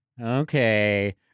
okay